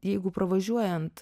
jeigu pravažiuojant